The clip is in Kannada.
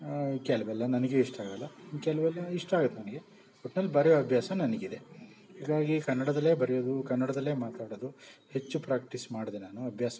ಕೆಲವೆಲ್ಲ ನನಗೆ ಇಷ್ಟ ಆಗಲ್ಲ ಇನ್ನು ಕೆಲವೆಲ್ಲ ಇಷ್ಟ ಆಗತ್ತೆ ನನಗೆ ಒಟ್ನಲ್ಲಿ ಬರೆಯುವ ಅಭ್ಯಾಸ ನನಗಿದೆ ಹೀಗಾಗಿ ಕನ್ನಡದಲ್ಲೇ ಬರೆಯೋದು ಕನ್ನಡದಲ್ಲೇ ಮಾತಾಡೋದು ಹೆಚ್ಚು ಪ್ರಾಕ್ಟೀಸ್ ಮಾಡಿದೆ ನಾನು ಅಭ್ಯಾಸ ಮಾಡಿದೆ